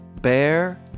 bear